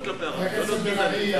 חבר הכנסת בן-ארי,